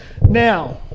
now